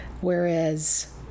Whereas